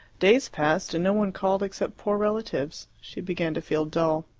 days passed, and no one called except poor relatives. she began to feel dull.